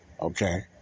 Okay